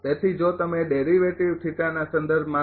તેથી જો તમે ડેરિવેટિવ ના સંદર્ભમાં લો